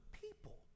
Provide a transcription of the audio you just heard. people